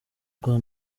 rwa